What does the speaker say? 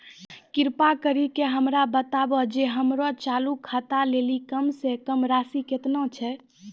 कृपा करि के हमरा बताबो जे हमरो चालू खाता लेली कम से कम राशि केतना छै?